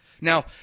Now